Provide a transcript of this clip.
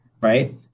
Right